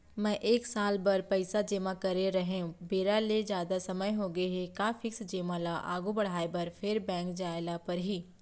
मैं एक साल बर पइसा जेमा करे रहेंव, बेरा ले जादा समय होगे हे का फिक्स जेमा ल आगू बढ़ाये बर फेर बैंक जाय ल परहि?